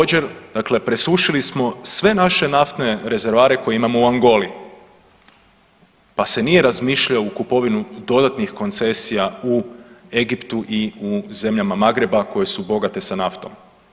Također dakle presušili smo sve naše naftne rezervoare koje imamo u Angoli, pa se nije razmišljalo o kupovini dodatnih koncesija u Egiptu i u zemljama Magreba koje su bogate sa naftom.